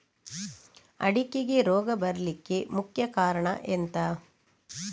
ಅಡಿಕೆಗೆ ರೋಗ ಬರ್ಲಿಕ್ಕೆ ಮುಖ್ಯ ಕಾರಣ ಎಂಥ?